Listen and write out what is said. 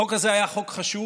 החוק הזה היה חוק חשוב.